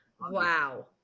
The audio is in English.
Wow